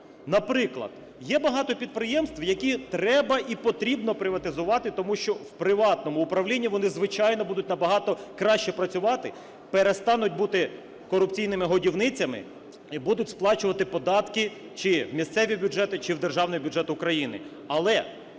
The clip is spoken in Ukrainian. Наприклад, є багато підприємств, які треба і потрібно приватизувати, тому що в приватному управлінні вони, звичайно, будуть набагато краще працювати, перестануть бути корупційними годівницями і будуть сплачувати податки чи в місцеві бюджети, чи в державний бюджет України. Але